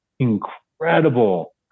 incredible